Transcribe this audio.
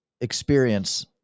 experience